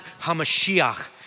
Hamashiach